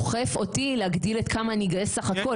לי שהכוונה כמו שאתה אומר עכשיו,